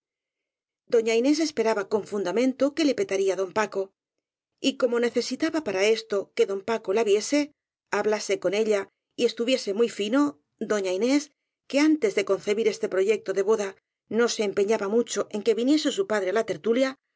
doña inés esperaba con fundamento que le pe taría don paco y como necesitaba para esto que don paco la viese hablase con ella y estuviese muy fino doña inés que antes de concebir este pro yecto de boda no se empeñaba mucho en que vi niese su padre á la tertulia